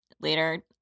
later